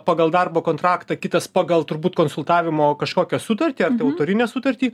pagal darbo kontraktą kitas pagal turbūt konsultavimo kažkokią sutartį ar tai autorinę sutartį